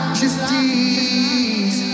justice